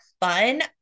fun